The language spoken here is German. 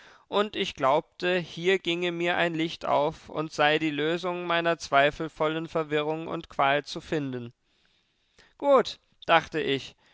und ich glaubte hier ginge mir ein licht auf und sei die lösung meiner zweifelvollen verwirrung und qual zu finden gut dachte ich